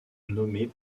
nommés